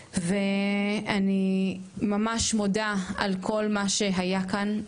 אני ממש מודה על כל מה שהיה כאן.